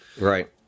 right